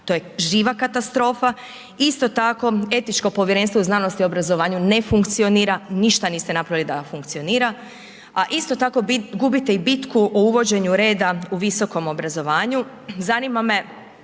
to je živa katastrofa. Isto tako, etičko Povjerenstvo u znanosti i obrazovanju ne funkcionira, ništa niste napravili da funkcionira, a isto tako gubite i bitku o uvođenju reda u visokom obrazovanju. Zanima me